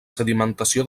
sedimentació